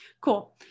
Cool